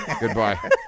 Goodbye